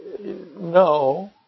No